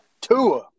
Tua